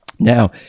now